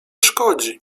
szkodzi